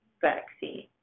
vaccine